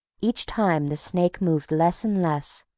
each time the snake moved less and less,